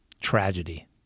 tragedy